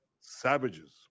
savages